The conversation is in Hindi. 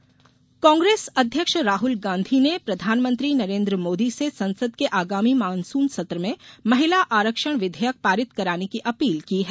राहुल गांधी कांग्रेस अध्यक्ष राहुल गांधी ने प्रधानमंत्री नरेन्द्र मोदी से संसद के आगामी मानसून सत्र में महिला आरक्षण विधेयक पारित कराने की अपील की है